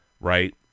right